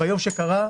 ביום שקרה,